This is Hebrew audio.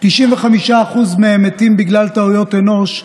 95% מהם מתים בגלל טעויות אנוש,